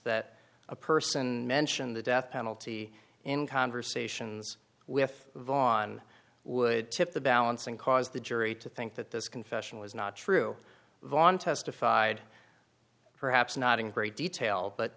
that a person mentioned the death penalty in conversations with von would tip the balance and cause the jury to think that this confession was not true vaughn testified perhaps not in great detail but